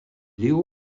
leo